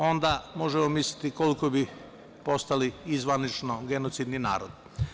Onda možemo misliti koliko bi postali i zvanično genocidni narod.